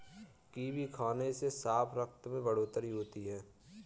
kiwi खाने से साफ रक्त में बढ़ोतरी होती है